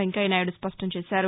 వెంకయ్యనాయుడు స్పష్టంచేశారు